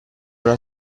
una